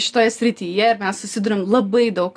šitoje srityje ir mes susiduriam labai daug